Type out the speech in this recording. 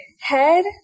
Head